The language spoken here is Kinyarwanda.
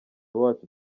wacu